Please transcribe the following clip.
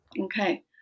Okay